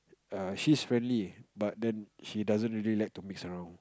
err she's friendly but then she doesn't really like to mix around